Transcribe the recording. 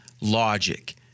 logic